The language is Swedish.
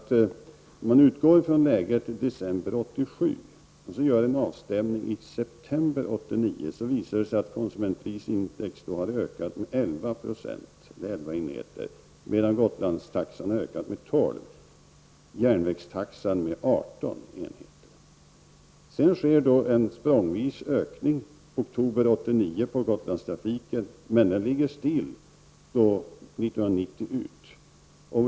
Om man utgår ifrån läget i december 1987 och sedan gör en avstämning i september 1989 visar det sig att konsumentprisindex har ökat med 11 procentenheter, medan Gotlandstaxan har ökat med 12 och järnvägstaxan med 18 enheter. I oktober 1989 skedde en språngvis ökning av taxan på Gotlandstrafiken, men den skall ligga still 1990 ut.